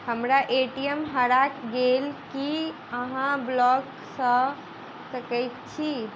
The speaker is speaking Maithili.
हम्मर ए.टी.एम हरा गेल की अहाँ ब्लॉक कऽ सकैत छी?